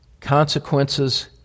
Consequences